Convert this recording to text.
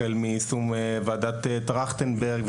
החל מיישום ועדת טרכטנברג,